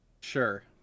Sure